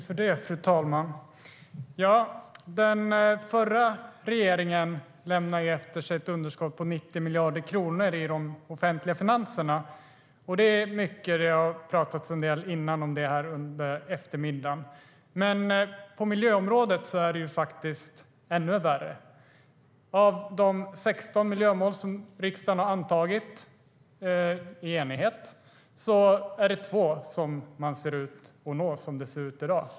Fru talman! Den förra regeringen lämnade efter sig ett underskott på 90 miljarder kronor i de offentliga finanserna. Det är mycket, och det har talats en del om det här under eftermiddagen. Men på miljöområdet är det faktiskt ännu värre. Av de 16 miljömål som riksdagen har antagit i enighet är det två som man ser ut att nå, som det ser ut i dag.